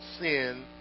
sin